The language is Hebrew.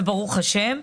ברוך השם,